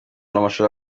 w’amashuri